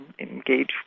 engage